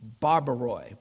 Barbaroi